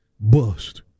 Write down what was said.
bust